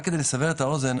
רק כדי לסבר את האוזן,